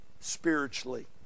spiritually